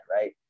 right